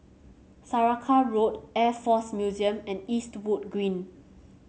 Saraca Road Air Force Museum and Eastwood Green